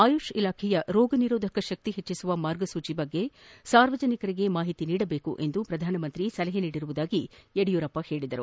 ಆಯುತ್ ಇಲಾಖೆಯ ರೋಗ ನಿರೋಧಕ ತಕ್ಷಿ ಹೆಚ್ಚಿಸುವ ಮಾರ್ಗಸೂಚಿಗಳ ಬಗ್ಗೆ ಸಾರ್ವಜನಿಕರಿಗೆ ಮಾಹಿತಿ ನೀಡಬೇಕು ಎಂದು ಪ್ರಧಾನಿ ಸಲಹೆ ನೀಡಿರುವುದಾಗಿ ಯಡಿಯೂರಪ್ಪ ತಿಳಿಸಿದರು